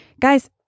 Guys